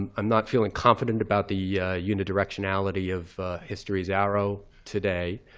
and i'm not feeling confident about the yeah yeah uni-directionality of history's arrow today.